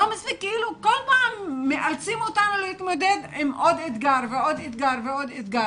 כל פעם מאלצים אותנו להתמודד עם עוד אתגר ועוד אתגר ועוד אתגר.